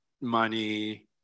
money